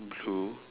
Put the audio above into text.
blue